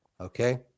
okay